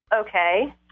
Okay